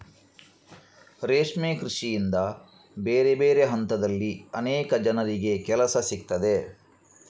ರೇಷ್ಮೆ ಕೃಷಿಯಿಂದ ಬೇರೆ ಬೇರೆ ಹಂತದಲ್ಲಿ ಅನೇಕ ಜನರಿಗೆ ಕೆಲಸ ಸಿಗ್ತದೆ